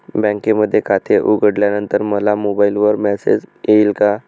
बँकेमध्ये खाते उघडल्यानंतर मला मोबाईलवर मेसेज येईल का?